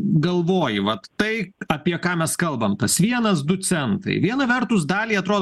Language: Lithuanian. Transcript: galvoji vat tai apie ką mes kalbam tas vienas du centai viena vertus daliai atrodo